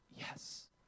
Yes